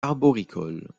arboricole